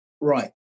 Right